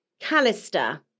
Callister